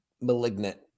malignant